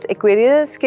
Aquarius